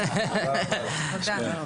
תודה רבה.